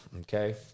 Okay